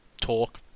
talk